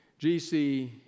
GC